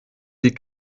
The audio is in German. die